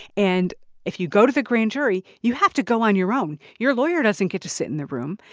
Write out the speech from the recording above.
and if you go to the grand jury, you have to go on your own. your lawyer doesn't get to sit in the room.